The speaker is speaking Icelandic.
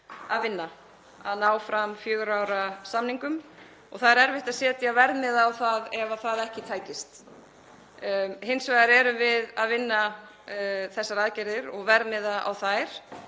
að vinna að ná fram fjögurra ára samningum og það yrði erfitt að setja verðmiða á það ef það ekki tækist. Hins vegar erum við að vinna þessar aðgerðir og verðmiða á þær.